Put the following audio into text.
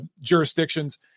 jurisdictions